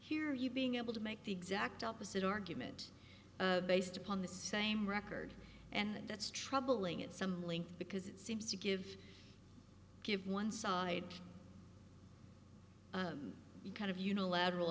hear you being able to make the exact opposite argument based upon the same record and that's troubling at some length because it seems to give give one side i'm the kind of unilateral